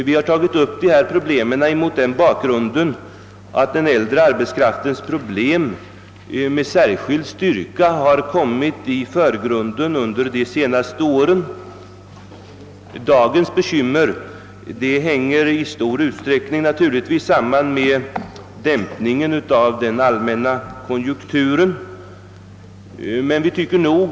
Vi har tagit upp denna fråga mot bakgrund av att den äldre arbetskraftens problem med särskild styrka har kommit i förgrunden under de senaste åren. Dagens bekymmer hänger i stor utsträckning samman med den allmän na konjunkturdämpningen.